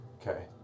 Okay